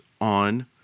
on